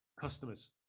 customers